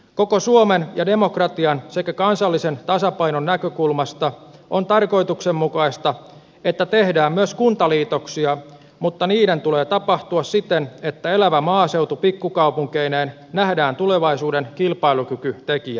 koko suomen ja demokratian sekä kansallisen tasapainon näkökulmasta on tarkoituksenmukaista että tehdään myös kuntaliitoksia mutta niiden tulee tapahtua siten että elävä maaseutu pikkukaupunkeineen nähdään tulevaisuuden kilpailukykytekijänä